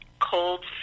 cold